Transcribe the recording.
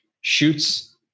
shoots